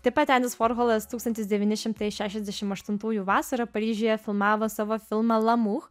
taip pat endis vorholas tūkstantis devyni šimtai šešiasdešimt aštuntųjų vasarą paryžiuje filmavo savo filmą lamu